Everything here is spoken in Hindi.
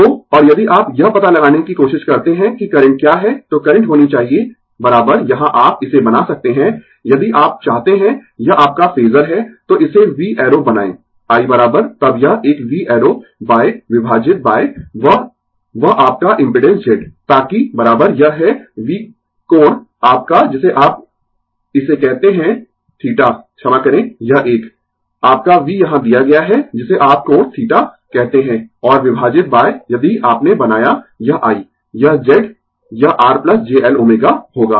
तो और यदि आप यह पता लगाने की कोशिश करते है कि करंट क्या है तो करंट होनी चाहिए यहाँ आप इसे बना सकते है यदि आप चाहते है यह आपका फेजर है तो इसे v एरो बनाएँ i तब यह एक v एरो विभाजित वह वह आपका इम्पिडेंस Z ताकि यह है v कोण आपका जिसे आप इसे कहते है θ क्षमा करें यह एक आपका v यहां दिया गया है जिसे आप कोण θ कहते है और विभाजित यदि आपने बनाया यह i यह Z यह R j Lω होगा